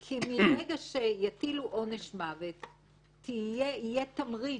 כי מרגע שיטילו עונש מוות, יהיה תמריץ,